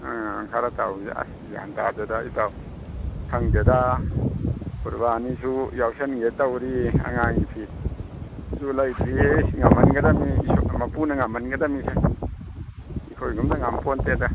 ꯑꯥ ꯈꯔ ꯇꯧꯁꯦ ꯑꯁ ꯒ꯭ꯌꯥꯟ ꯇꯥꯗꯦꯗ ꯏꯇꯥꯎ ꯈꯪꯗꯦꯗ ꯀꯨꯔꯕꯥꯅꯤꯁꯨ ꯌꯥꯎꯁꯤꯟꯒꯦ ꯇꯧꯔꯤ ꯑꯉꯥꯡꯒꯤ ꯐꯤꯁꯨ ꯂꯩꯗ꯭ꯔꯤ ꯏꯁ ꯉꯝꯍꯟꯒꯗꯝꯅꯤ ꯃꯄꯨꯅ ꯉꯝꯍꯟꯒꯗꯝꯅꯤꯁꯦ ꯑꯩꯈꯣꯏꯒꯨꯝꯅ ꯉꯝꯄꯣꯟꯇꯦꯗ